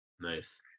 Nice